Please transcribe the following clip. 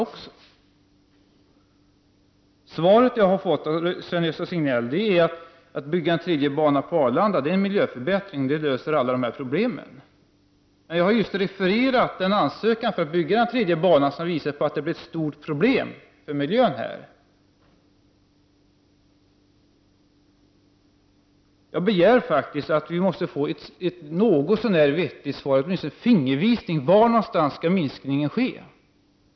Svaret som jag har fått av Sven-Gösta Signell är att det innebär en miljöförbättring att bygga en tredje bana på Arlanda och att alla dessa problem därmed skulle lösas. Men jag har ju refererat den ansökan som gäller tillstånd att bygga den tredje banan. Det visar sig då att det innebär ett stort problem för miljön. Jag begär faktiskt att vi får ett något så när vettigt svar, åtminstone en fingervisning om var minskningen skall ske.